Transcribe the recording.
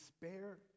despair